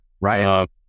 Right